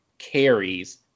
carries